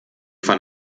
von